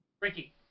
Ricky